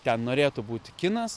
ten norėtų būti kinas